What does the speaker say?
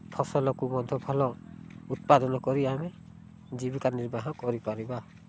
ଫସଲକୁ ମଧ୍ୟ ଭଲ ଉତ୍ପାଦନ କରି ଆମେ ଜୀବିକା ନିର୍ବାହ କରିପାରିବା